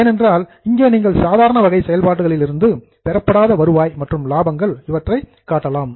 ஏனென்றால் இங்கே நீங்கள் சாதாரண வகை செயல்பாடுகளிலிருந்து பெறப்படாத வருவாய் மற்றும் லாபங்கள் இவற்றைக் காட்டலாம்